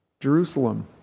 Jerusalem